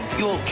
you